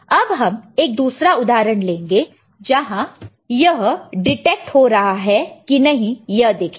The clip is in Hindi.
अब हम एक दूसरा उदाहरण लेंगे जहां यह डिटेक्ट हो रहा है कि नहीं यह देखेंगे